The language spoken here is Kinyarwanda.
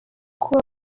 kuba